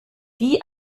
die